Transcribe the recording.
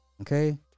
Okay